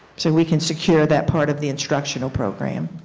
so we can secure that part of the instructional program.